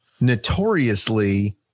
notoriously